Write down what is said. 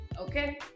Okay